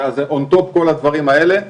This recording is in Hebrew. אז זה און-טופ כל הדברים האלה.